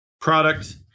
product